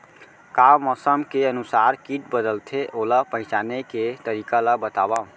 का मौसम के अनुसार किट बदलथे, ओला पहिचाने के तरीका ला बतावव?